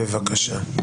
בבקשה.